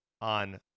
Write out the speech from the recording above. on